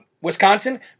Wisconsin